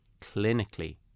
clinically